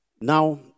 Now